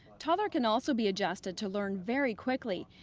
toddler can also be adjusted to learn very quickly,